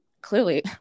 clearly